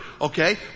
Okay